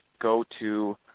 go-to